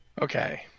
Okay